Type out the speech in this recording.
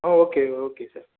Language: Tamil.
ah okay okay sir